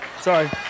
Sorry